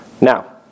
Now